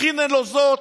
הכי נלוזות,